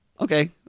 okay